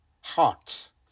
hearts